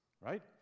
right